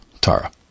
Tara